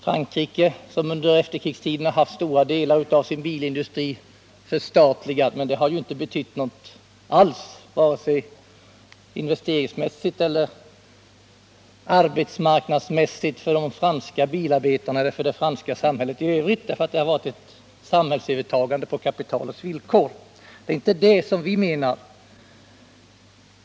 Frankrike har under efterkrigstiden haft stora delar av bilindustrin förstatligad, men det har ju inte betytt någonting alls, varken investeringsmässigt eller arbetsmarknadsmässigt för de franska bilarbetarna eller det franska samhället i övrigt, eftersom det varit ett övertagande på kapitalets villkor. Det är inte det vi åsyftar.